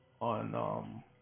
on